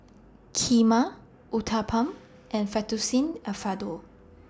Kheema Uthapam and Fettuccine Alfredo